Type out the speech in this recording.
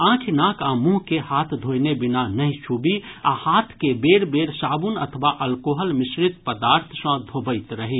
आंखि नाक आ मुंह के हाथ धोयने बिना नहि छूबी आ हाथ के बेर बेर साबुन अथवा अल्कोहल मिश्रित पदार्थ सँ धोबैत रही